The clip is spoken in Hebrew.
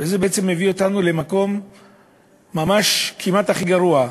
וזה בעצם מביא אותנו למקום כמעט הכי גרוע.